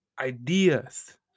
ideas